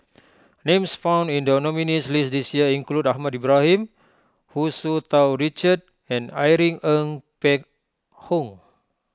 names found in the nominees' list this year include Ahmad Ibrahim Hu Tsu Tau Richard and Irene Ng Phek Hoong